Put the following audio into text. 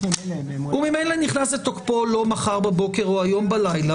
ממילא ממועד --- הוא ממילא לא נכנס לתוקפו מחר בבוקר או הלילה,